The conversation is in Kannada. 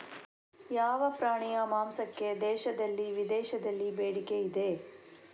ಯಾವ ಪ್ರಾಣಿಯ ಮಾಂಸಕ್ಕೆ ದೇಶದಲ್ಲಿ ವಿದೇಶದಲ್ಲಿ ಬೇಡಿಕೆ ಇದೆ?